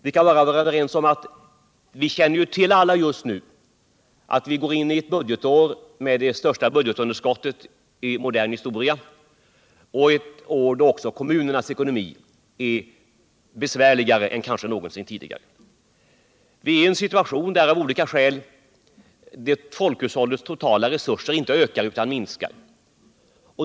men så mycket torde vi kunna vara överens om som utt vi går in I ett budgetår med det största budgetunderskottet i modern historia och med besvärligare problem för kommunerna än kanske någonsin udigare. Vi har en situation där folkhushållets totala resurser av olika skäl inte har ökat utan minskar.